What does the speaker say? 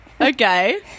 Okay